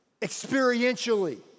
experientially